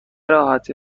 راحتی